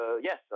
yes